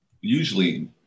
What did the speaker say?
usually